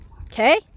Okay